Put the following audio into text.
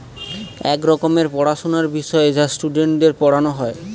এক রকমের পড়াশোনার বিষয় যা স্টুডেন্টদের পড়ানো হয়